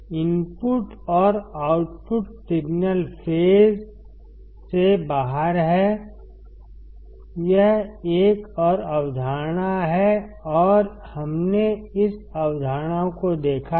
input और output signal phase से बाहर हैं यह एक और अवधारणा है और हमने इस अवधारणा को देखा है